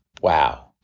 Wow